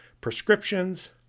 prescriptions